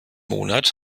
monat